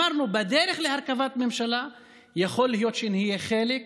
אמרנו: בדרך להרכבת ממשלה יכול להיות שנהיה חלק,